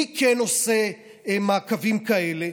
מי כן עושה מעקבים כאלה?